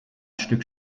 stück